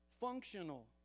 functional